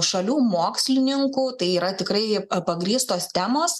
šalių mokslininkų tai yra tikrai pagrįstos temos